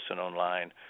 online